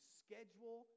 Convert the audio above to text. schedule